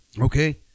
okay